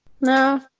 no